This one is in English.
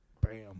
Bam